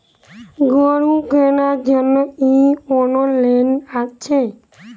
গরু কেনার জন্য কি কোন লোন আছে?